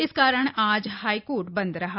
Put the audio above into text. इस कारण आज हाईकोर्ट बंद रहा